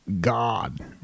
god